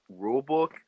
rulebook